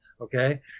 okay